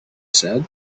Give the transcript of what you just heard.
said